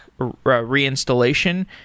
reinstallation